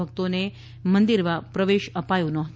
ભક્તોને મંદિરમાં પ્રવેશ અપાયો નહોતો